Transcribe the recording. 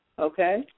Okay